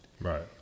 Right